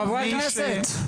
חברת הכנסת.